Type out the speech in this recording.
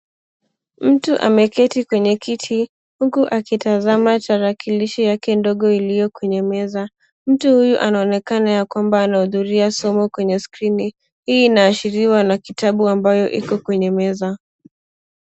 Mtu ameketi kwenye kiti huku akitazama tarakilishi yake ndogo ilioko kwenye meza. Mty huyu anaonekana ya kwamba anahudhuri somo kwenye skrini. Hii inaashiriwa na kitabu ambayo iko kwenye meza.